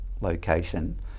location